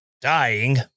dying